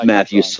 Matthew